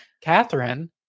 Catherine